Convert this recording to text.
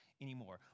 anymore